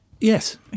Yes